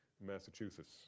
Massachusetts